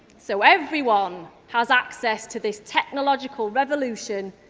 so everyone has access to this technology logical revolution,